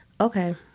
Okay